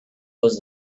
was